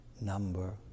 number